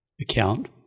account